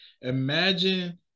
Imagine